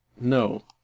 No